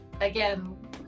again